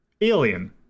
Alien